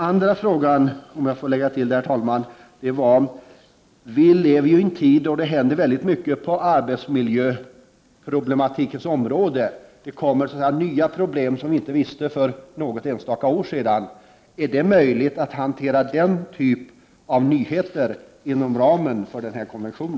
Vi lever i en tid då det händer mycket på arbetsmiljöproblematikens område. Man upptäcker nya problem som vi inte visste någonting om för bara något enstaka år sedan. Är det möjligt att hantera denna typ av nyheter inom ramen för denna konvention?